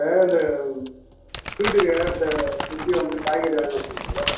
அது இந்த வீட்டுக்கு ச சித்தி வந்து காய்கறி வாங்கிட்டு வர சொன்னுச்சு